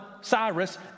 Cyrus